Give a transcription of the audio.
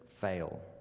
fail